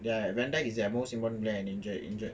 ya vandijk is their most important player and injured